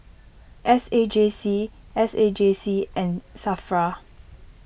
S A J C S A J C and Safra